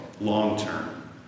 long-term